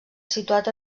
situat